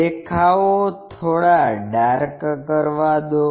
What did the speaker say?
દેખાવો થોડા ડાર્ક કરવા દો